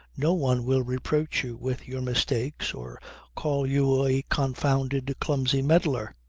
no one will reproach you with your mistakes or call you a confounded, clumsy meddler.